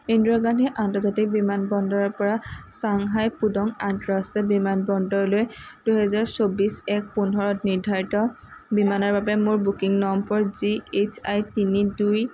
ইন্দিৰা গান্ধী আন্তৰ্জাতিক বিমানবন্দৰৰপৰা Shanghai Pudong আন্তঃৰাষ্ট্ৰীয় বিমানবন্দৰলৈ দুহেজাৰ চৌবিছ এক পোন্ধৰত নিৰ্ধাৰিত বিমানৰ বাবে মোৰ booking number G H I তিনি দুই